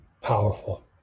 Powerful